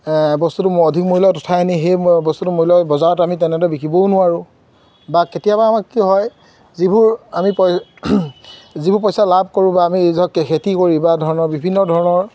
বস্তুটো অধিক মূল্য তথাই আনি সেই বস্তুটো মূল্য বজাৰত আমি তেনেদৰে বিকিবও নোৱাৰোঁ বা কেতিয়াবা আমাক কি হয় যিবোৰ আমি পই যিবোৰ পইচা লাভ কৰোঁ বা আমি নিজকে খেতি কৰি বা ধৰণৰ বিভিন্ন ধৰণৰ